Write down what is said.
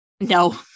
No